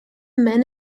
men